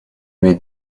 mes